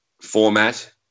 format